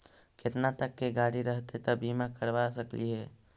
केतना तक के गाड़ी रहतै त बिमा करबा सकली हे?